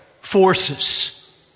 forces